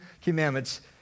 commandments